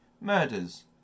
murders